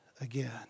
again